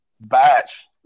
batch